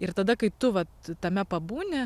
ir tada kai tu vat tame pabūni